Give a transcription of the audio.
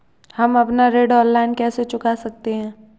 हम अपना ऋण ऑनलाइन कैसे चुका सकते हैं?